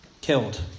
killed